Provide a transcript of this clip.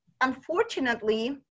unfortunately